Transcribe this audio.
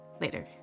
Later